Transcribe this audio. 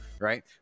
right